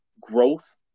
growth